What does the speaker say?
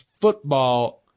football